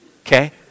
Okay